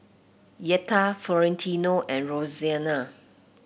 Yetta Florentino and Roseanna